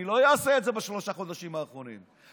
אני לא אעשה את זה בשלושה חודשים האחרונים,